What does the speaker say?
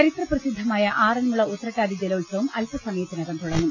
ചരിത്ര പ്രസിദ്ധമായ ആറന്മുള ഉത്രട്ടാതി ജലോത്സവം അൽപസമ യത്തിനകം തുടങ്ങും